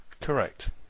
Correct